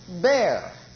bear